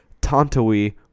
Tantawi